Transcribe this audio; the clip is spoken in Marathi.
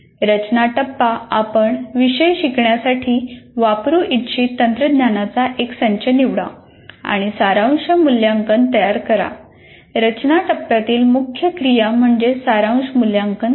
रचना टप्पा आपण विषय शिकवण्यासाठी वापरू इच्छित तंत्रज्ञानाचा एक संच निवडा आणि सारांश मूल्यांकन तयार करा रचना टप्प्यातील मुख्य क्रिया म्हणजे सारांश मूल्यांकन करणे